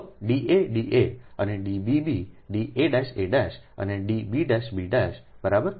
તો D a d a અને D b b Da'a' અને D b' b' બરાબર